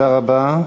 תודה רבה.